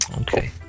Okay